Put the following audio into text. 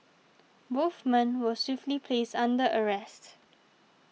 both men were swiftly placed under arrest